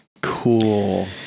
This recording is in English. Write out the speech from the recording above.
Cool